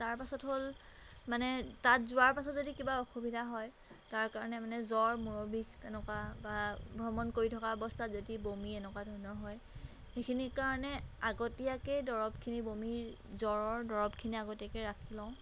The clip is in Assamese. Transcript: তাৰপাছত হ'ল মানে তাত যোৱাৰ পাছত যদি কিবা অসুবিধা হয় তাৰ কাৰণে মানে জ্বৰ মূৰৰ বিষ এনেকুৱা বা ভ্ৰমণ কৰি থকা অৱস্থাত যদি বমি এনেকুৱা ধৰণৰ হয় সেইখিনি কাৰণে আগতীয়াকৈ দৰৱখিনি বমিৰ জ্বৰৰ দৰৱখিনি আগতীয়াকৈ ৰাখি লওঁ